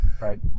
Right